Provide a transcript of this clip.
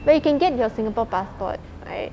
but you can get your singapore passport right